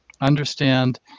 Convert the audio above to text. understand